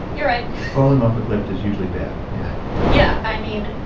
you're right falling off a cliff is usually bad. yeah yeah. i mean,